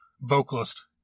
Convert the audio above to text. vocalist